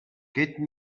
get